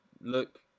look